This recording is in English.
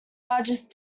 largest